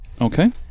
Okay